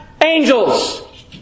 angels